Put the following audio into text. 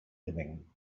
living